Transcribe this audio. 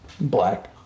black